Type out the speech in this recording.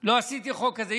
לא עשיתי חוק כזה.